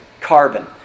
carbon